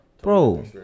Bro